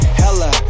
hella